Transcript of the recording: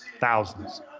thousands